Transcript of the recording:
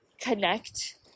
connect